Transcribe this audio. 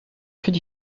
could